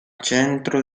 centro